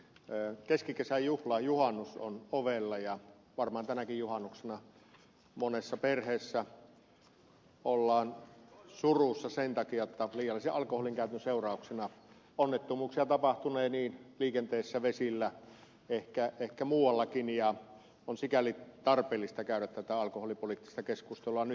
keskikesän juhla juhannus on ovella ja varmaan tänäkin juhannuksena monessa perheessä ollaan surussa sen takia että liiallisen alkoholinkäytön seurauksena onnettomuuksia tapahtunee niin liikenteessä vesillä kuin ehkä muuallakin ja on sikäli tarpeellista käydä tätä alkoholipoliittista keskustelua nyt